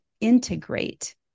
integrate